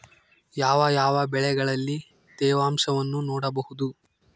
ಯಾವ ಯಾವ ಬೆಳೆಗಳಲ್ಲಿ ತೇವಾಂಶವನ್ನು ನೋಡಬಹುದು?